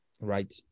Right